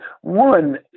one